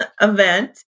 event